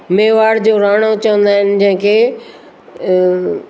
मेवाड़ जो राणो चवंदा आहिनि जंहिंखे